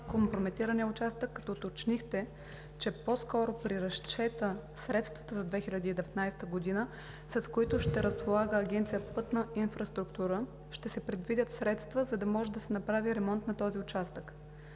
компрометирания участък, като уточнихте, че по-скоро при разчета на средствата за 2019 г., с които ще разполага Агенция „Пътна инфраструктура“, ще се предвидят средства, за да може да се направи ремонт на този участък.